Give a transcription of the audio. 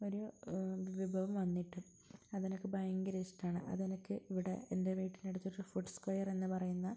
ഒരു വിഭവം വന്നിട്ട് അത് എനിക്ക് ഭയങ്കര ഇഷ്ടമാണ് അത് എനിക്ക് ഇവിടെ എൻ്റെ വീടിൻ്റെ അടുത്ത് ഒരു ഫുഡ് സ്ക്വയർ എന്ന് പറയുന്ന